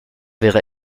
wäre